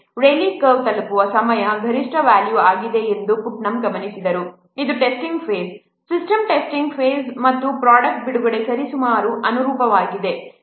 Rayleigh curve ತಲುಪುವ ಸಮಯವು ಗರಿಷ್ಠ ವ್ಯಾಲ್ಯೂ ಆಗಿದೆ ಎಂದು ಪುಟ್ನಮ್ ಗಮನಿಸಿದರು ಇದು testing phase system testing phase ಮತ್ತು ಪ್ರೊಡಕ್ಟ್ ಬಿಡುಗಡೆಗೆ ಸರಿಸುಮಾರು ಅನುರೂಪವಾಗಿದೆ